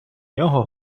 нього